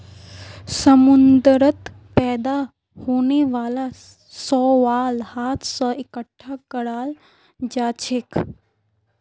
समुंदरत पैदा होने वाला शैवाल हाथ स इकट्ठा कराल जाछेक